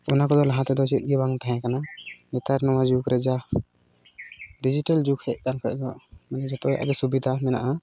ᱚᱱᱟ ᱠᱚᱫᱚ ᱞᱟᱦᱟ ᱛᱮᱫᱚ ᱪᱮᱫ ᱜᱮ ᱵᱟᱝ ᱛᱟᱦᱮᱸ ᱠᱟᱱᱟ ᱱᱮᱛᱟᱨ ᱱᱚᱣᱟ ᱡᱩᱜᱽ ᱨᱮ ᱡᱟ ᱰᱤᱡᱤᱴᱟᱞ ᱡᱩᱜᱽ ᱦᱮᱡ ᱠᱟᱱ ᱠᱷᱚᱱ ᱫᱚ ᱡᱚᱛᱚ ᱦᱚᱲᱟᱜ ᱜᱮ ᱥᱩᱵᱤᱫᱷᱟ ᱢᱮᱱᱟᱜᱼᱟ